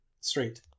straight